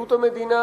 אחריות המדינה